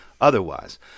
Otherwise